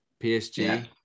PSG